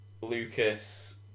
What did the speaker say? Lucas